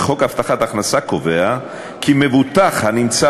וחוק הבטחת הכנסה קובע כי מבוטח הנמצא